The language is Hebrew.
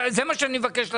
זה מה שאני מבקש לדעת.